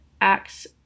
acts